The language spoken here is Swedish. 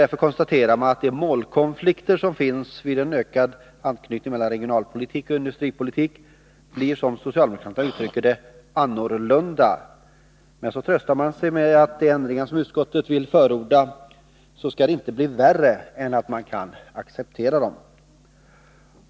Därför konstaterar man att de målkonflikter som finns vid en ökad anknytning mellan regionalpolitik och industripolitik blir, som socialdemokraterna uttrycker det, annorlunda. Men så tröstar man sig med att med de ändringar som utskottet förordar skall de inte bli värre än att man kan acceptera dem.